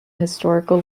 historical